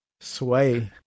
sway